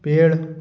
पेड़